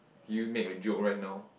can you make a joke right now